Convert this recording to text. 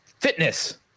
fitness